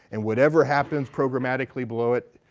and whatever happens programmatically below it,